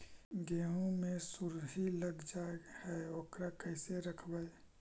गेहू मे सुरही लग जाय है ओकरा कैसे रखबइ?